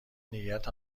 نیت